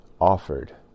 Offered